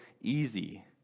easy